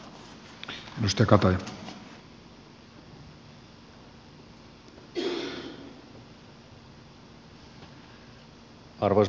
arvoisa puhemies